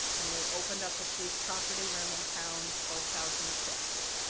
and they opened up a police property room and found twelve thousand kits.